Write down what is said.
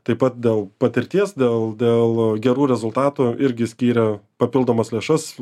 taip pat daug patirties dėl dėl gerų rezultatų irgi skyrė papildomas lėšas